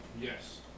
Yes